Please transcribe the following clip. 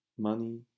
money